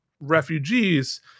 refugees